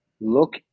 look